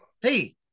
Hey